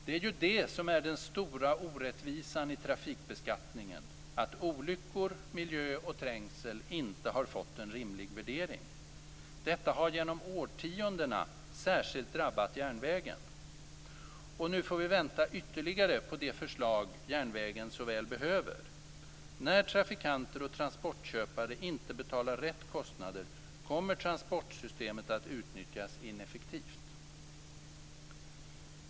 Det är ju det som är den stora orättvisan i trafikbeskattningen att olyckor, miljö och trängsel inte har fått en rimlig värdering. Detta har genom årtiondena särskilt drabbat järnvägen. Och nu får vi vänta ytterligare på de förslag järnvägen så väl behöver. När trafikanter och transportköpare inte betalar rätt kostnader kommer transportsystemet att utnyttjas ineffektivt.